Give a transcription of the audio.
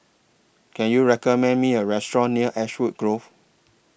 Can YOU recommend Me A Restaurant near Ashwood Grove